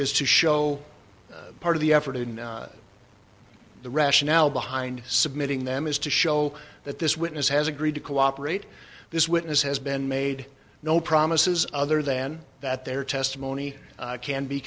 is to show part of the effort in the rationale behind submitting them is to show that this witness has agreed to cooperate this witness has been made no promises other than that their testimony can be